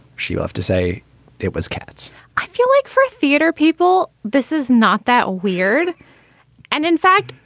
she you have to say it was cats i feel like for theater people, this is not that weird and in fact,